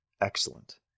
excellent